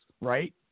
right